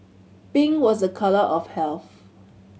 pink was a colour of health